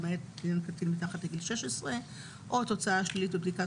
למעט לעניין קטין מתחת לגיל 16 או תוצאה שלילית בבדיקת